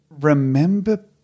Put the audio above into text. remember